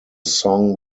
song